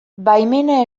baimena